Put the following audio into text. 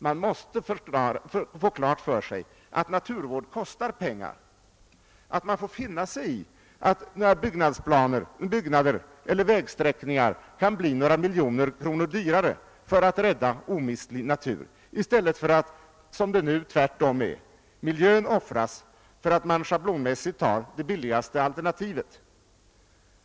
Man måste få klart för sig att naturvård kostar pengar, att man får finna sig i att några byggnadsplaner, några byggnader eller några vägsträckningar kan bli ett par miljoner dyrare för att omistlig natur skall kunna räddas i stället för att — som det nu är — miljön offras därför att man schablonmässigt väljer det billigaste alternativet.